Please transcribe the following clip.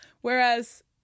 Whereas